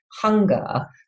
hunger